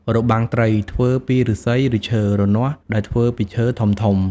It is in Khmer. របាំងត្រី ធ្វើពីឫស្សីឬឈើ រនាស់ ដែលធ្វើពីឈើធំៗ។